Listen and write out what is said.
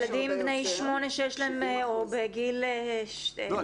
וילדים בני שמונה או בגיל --- לא,